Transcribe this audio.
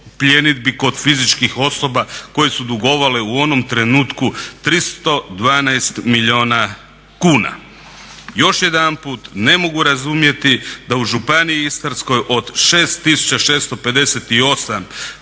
pljenidbi kod fizičkih osoba koje su dugovale u onom trenutku 312 milijuna kuna. Još jedanput, ne mogu razumjeti da u županiji Istarskoj od 6658